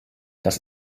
das